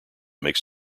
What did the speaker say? makes